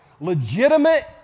legitimate